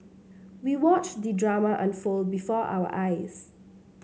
we watched the drama unfold before our eyes